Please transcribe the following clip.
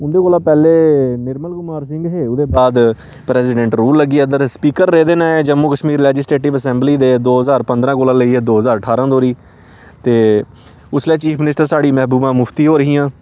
उंंदे कोला पैह्लें निर्मल कुमार सिंह हे ओह्दे बाद प्रैसिडेंट रूल लग्गी गेआ इद्धर स्पीकर रेह्दे न जम्मू कश्मीर लैजिस्रेटिव असैंबली दे दो ज्हार पंदरां कोला लेइयै दो ज्हार ठारां धोरी ते उसलै चीफ मिनिस्टर साढ़ी मैह्बूबा मुफ्ती होर हियां